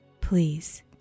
Please